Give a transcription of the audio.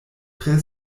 tre